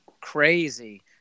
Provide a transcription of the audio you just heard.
crazy